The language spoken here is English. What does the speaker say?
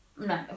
No